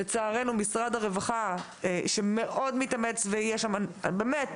לצערנו משרד הרווחה שמאוד מתאמץ, באמת